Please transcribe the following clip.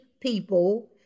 people